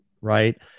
right